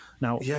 Now